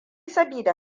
sabida